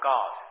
God